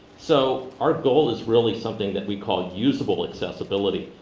so our goal is really something that we call useable accessibility,